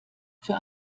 für